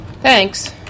Thanks